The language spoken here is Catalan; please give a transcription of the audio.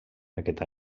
aquest